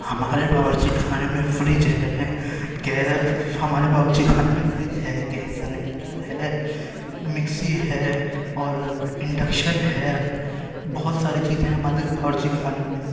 ہمارے باورچی خانے میں فرج ہے گیس ہمارے باورچی خانے میں فرج ہے گیس سلنڈر ہے مکسی ہے اور انڈکشن ہے بہت ساری چیزیں ہمارے باورچی خانے میں